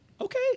okay